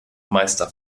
meister